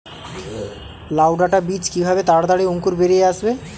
লাউ ডাটা বীজ কিভাবে তাড়াতাড়ি অঙ্কুর বেরিয়ে আসবে?